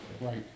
Right